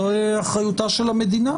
זוהי אחריותה של המדינה,